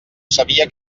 sabia